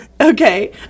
okay